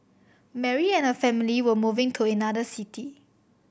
Mary and her family were moving to another city